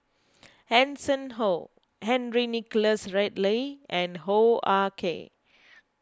Hanson Ho Henry Nicholas Ridley and Hoo Ah Kay